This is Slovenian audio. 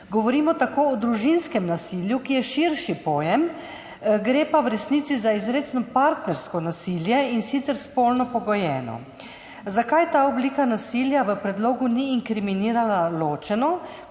Govorimo tako o družinskem nasilju, ki je širši pojem, v resnici pa gre za izrecno partnersko nasilje, in sicer spolno pogojeno. Zanima me: Zakaj ta oblika nasilja v predlogu ni inkriminirana ločeno,